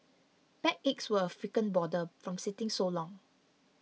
backaches were a frequent bother from sitting so long